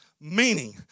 meaning